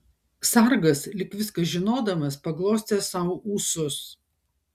sargas lyg viską žinodamas paglostė sau ūsus